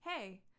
hey